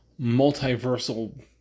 multiversal